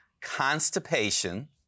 constipation